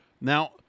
now